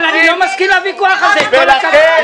אבל אני לא מסכים לוויכוח הזה, עם כל הכבוד.